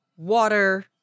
Water